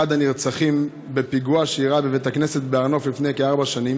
הנרצחים בפיגוע שאירע בבית הכנסת בהר נוף לפני כארבע שנים,